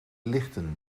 lichten